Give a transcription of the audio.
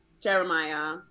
Jeremiah